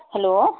hello